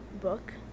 book